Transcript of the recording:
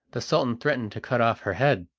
the sultan threatened to cut off her head.